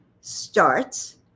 starts